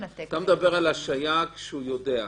אתה מדבר על השעיה כשהוא יודע.